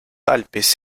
alpes